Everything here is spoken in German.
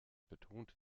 betont